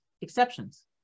exceptions